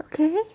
okay